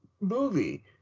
movie